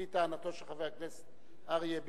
לפי טענתו של חבר הכנסת אריה ביבי,